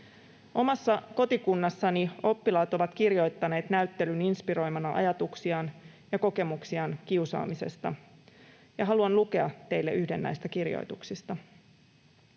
Omassa kotikunnassani oppilaat ovat kirjoittaneet näyttelyn inspiroimina ajatuksiaan ja kokemuksiaan kiusaamisesta, ja haluan lukea teille yhden näistä kirjoituksista.